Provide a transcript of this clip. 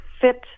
fit